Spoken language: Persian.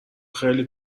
خیلی